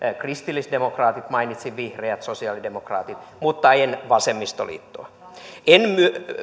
kristillisdemokraatit mainitsin vihreät sosialidemokraatit mutta en vasemmistoliittoa en